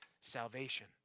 salvation